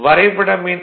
வரைபடம் எண்